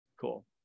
cool